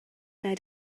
nad